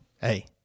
hey